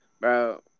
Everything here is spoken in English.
Bro